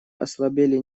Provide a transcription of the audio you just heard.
ослабели